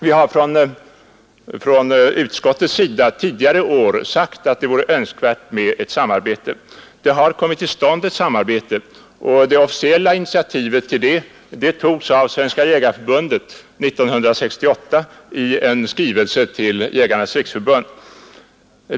Vi har från utskottets sida tidigare år sagt att det vore önskvärt med ett samarbete. Ett sådant har också kommit till stånd, och det officiella initiativet till det togs av Svenska jägareförbundet 1968 i en skrivelse till Jägarnas riksförbund.